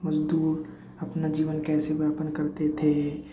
मजदूर अपना जीवन कैसे व्यापन करते थे